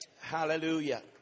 Hallelujah